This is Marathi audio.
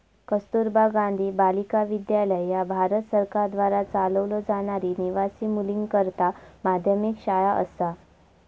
कस्तुरबा गांधी बालिका विद्यालय ह्या भारत सरकारद्वारा चालवलो जाणारी निवासी मुलींकरता माध्यमिक शाळा असा